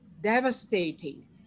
devastating